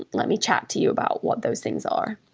let me chat to you about what those things are.